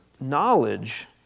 knowledge